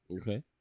Okay